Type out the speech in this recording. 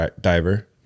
diver